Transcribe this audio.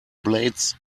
blades